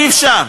אי-אפשר.